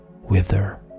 wither